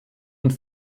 und